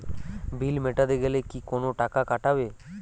বিল মেটাতে গেলে কি কোনো টাকা কাটাবে?